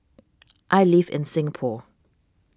I live in Singapore